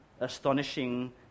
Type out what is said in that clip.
Astonishing